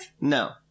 No